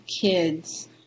kids